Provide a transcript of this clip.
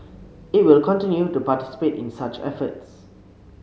it will continue to participate in such efforts